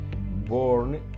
born